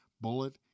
bullet